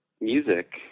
music